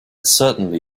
certainly